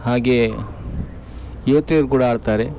ಹಾಗೇ ಯುವತಿಯರು ಕೂಡ ಆಡ್ತಾರೆ